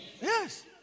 Yes